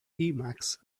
emacs